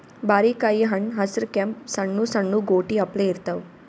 ಬಾರಿಕಾಯಿ ಹಣ್ಣ್ ಹಸ್ರ್ ಕೆಂಪ್ ಸಣ್ಣು ಸಣ್ಣು ಗೋಟಿ ಅಪ್ಲೆ ಇರ್ತವ್